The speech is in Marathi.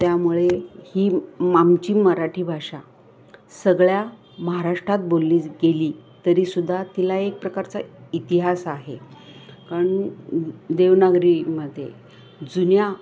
त्यामुळे ही आमची मराठी भाषा सगळ्या महाराष्ट्रात बोलली ज गेली तरी सुद्धा तिला एक प्रकारचा इतिहास आहे कारण देवनागरीमध्ये जुन्या